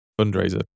fundraiser